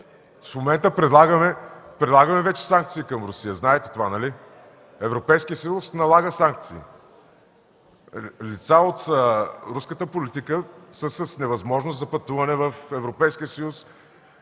В момента вече прилагаме санкции към Русия, знаете това, нали?! Европейският съюз налага санкции: лица от руската политика са в невъзможност за пътуване в Европейския